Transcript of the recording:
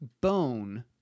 bone